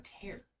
Tear